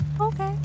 Okay